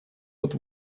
вот